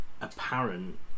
apparent